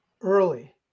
early